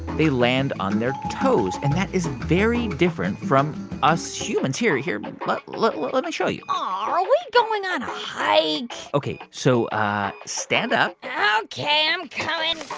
they land on their toes, and that is very different from us humans. here, here, but but let let me show you aw, are we going on a hike? ok, so stand up yeah ok, i'm coming.